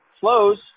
flows